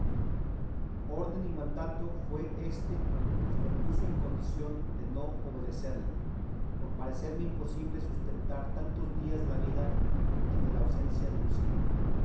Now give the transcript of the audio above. orden y mandato fue éste que me puso en condición de no obedecerle por parecerme imposible sustentar tantos días la vida en el ausencia de luscinda